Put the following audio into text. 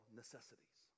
necessities